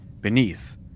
Beneath